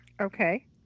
Okay